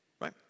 right